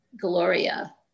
Gloria